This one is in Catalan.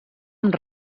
amb